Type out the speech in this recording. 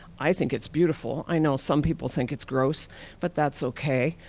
i think it's beautiful. i know some people think it's gross but that's okay.